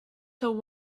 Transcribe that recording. till